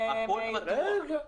רגע.